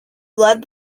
led